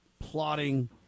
plotting